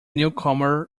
newcomer